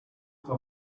how